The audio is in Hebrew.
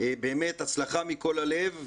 באמת הצלחה מכל הלב.